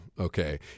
okay